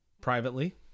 privately